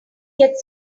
get